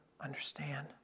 understand